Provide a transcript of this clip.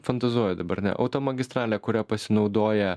fantazuoju dabar ne automagistralę kuria pasinaudoja